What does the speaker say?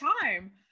time